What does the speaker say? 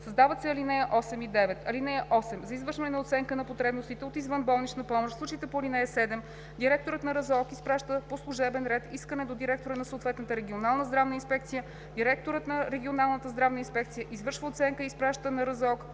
създават се ал. 8 и 9: „(8) За извършване на оценка на потребностите от извънболнична помощ в случаите по ал. 7 директорът на РЗОК изпраща по служебен ред искане до директора на съответната регионална здравна инспекция. Директорът на регионалната здравна инспекция извършва оценката и изпраща на РЗОК